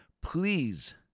please